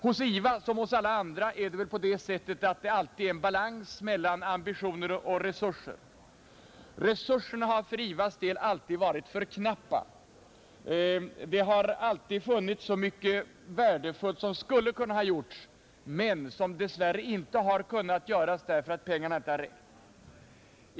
Hos IVA som hos alla andra är det väl alltid en balans mellan ambitioner och resurser. Resurserna har för IVA ss del alltid varit för knappa. Det har alltid funnits så mycket värdefullt som skulle kunna ha gjorts men som dess värre inte har kunnat göras därför att pengarna inte har räckt.